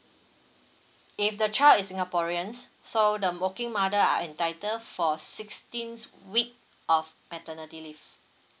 if the child is singaporeans so the working mother are entitle for sixteen week of maternity leave